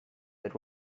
said